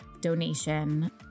donation